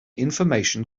information